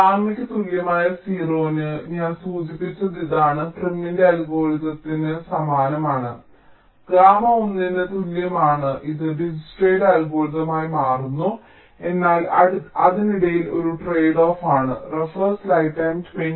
ഗാമയ്ക്ക് തുല്യമായ 0 ന് ഞാൻ സൂചിപ്പിച്ചത് ഇതാണ് പ്രിമിന്റെ അൽഗോരിതത്തിന് സമാനമാണ് ഗാമ 1 ന് തുല്യമാണ് ഇത് ഡിജ്ക്സ്ട്രയുടെ അൽഗോരിതം ആയി മാറുന്നു എന്നാൽ അതിനിടയിൽ ഒരു ട്രേഡ്ഓഫ് ആണ്